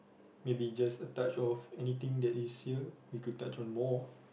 maybe a just a touch of anything that is here we could touch on more